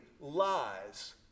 lies